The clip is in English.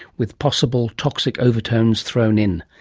with possible toxic overtones thrown in.